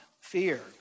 fear